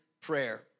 prayer